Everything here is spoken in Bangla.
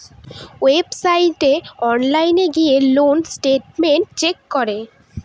ওয়েবসাইটে অনলাইন গিয়ে লোন স্টেটমেন্ট চেক করে